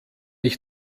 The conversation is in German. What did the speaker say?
ich